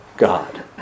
God